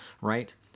right